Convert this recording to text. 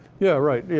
yeah, right. yeah